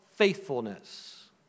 Faithfulness